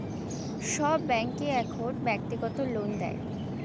সব ব্যাঙ্কই এখন ব্যক্তিগত লোন দেয়